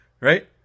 right